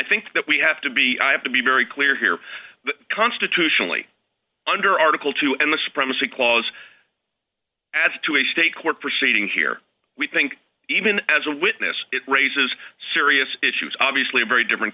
think that we have to be i have to be very clear here constitutionally under article two and the supremacy clause as to a state court proceeding here we think even as a witness it raises serious issues obviously a very different